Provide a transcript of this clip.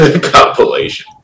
compilation